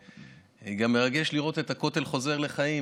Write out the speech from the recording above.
וגם מרגש לראות את הכותל חוזר לחיים,